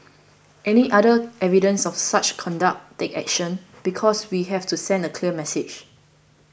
any other evidence of such conduct take action because we have to send a clear message